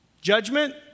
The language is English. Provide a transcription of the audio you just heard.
Judgment